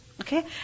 Okay